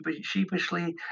sheepishly